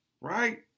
right